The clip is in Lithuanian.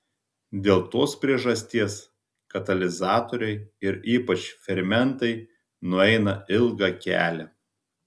dėl tos priežasties katalizatoriai ir ypač fermentai nueina ilgą kelią